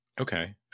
Okay